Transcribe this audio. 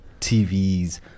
tvs